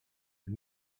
and